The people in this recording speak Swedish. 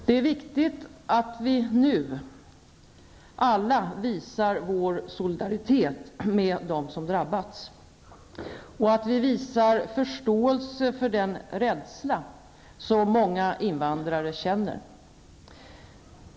Det är viktigt att vi nu alla visar vår solidaritet med dem som drabbats och att vi visar förståelse för den rädsla som många invandrare känner.